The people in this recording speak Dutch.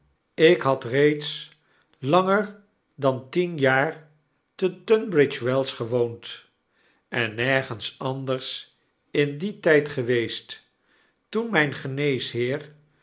ik had reeds langer dan tien jaar te tunbridge wells gewoond en nergens anders in dien tijd geweest toen mfln